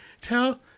Tell